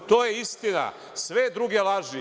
To je istina, sve su drugo laži.